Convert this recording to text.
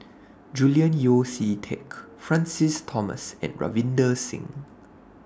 Julian Yeo See Teck Francis Thomas and Ravinder Singh